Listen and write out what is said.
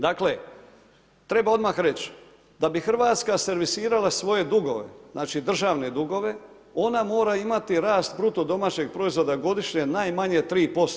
Dakle, treba odmah reći da bi Hrvatska servisirala svoje dugove, znači državne dugove, ona mora imati rast BDP-a godišnje najmanje 3%